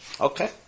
Okay